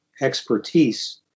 expertise